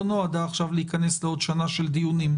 נועדה עכשיו להיכנס לעוד שנה של דיונים.